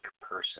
person